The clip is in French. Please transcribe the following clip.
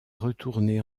retourné